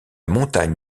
montagne